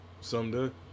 someday